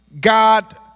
God